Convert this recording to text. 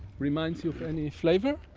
remind you of any flavour?